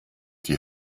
die